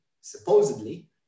supposedly